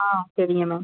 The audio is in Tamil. ஆ சரிங்க மேம்